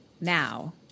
Now